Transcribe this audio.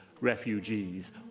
refugees